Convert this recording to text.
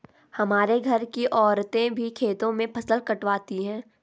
हमारे घर की औरतें भी खेतों में फसल कटवाती हैं